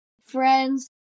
friends